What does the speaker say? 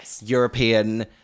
European